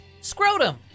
scrotum